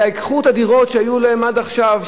אלא ייקחו את הדירות שהיו להם עד עכשיו,